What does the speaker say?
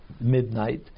midnight